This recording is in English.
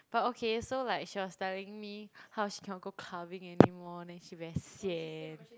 but okay so like she was telling me how she cannot go clubbing anymore then she very sian